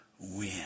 win